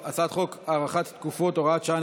הצעת חוק הארכת תקופות (הוראת שעה,